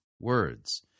words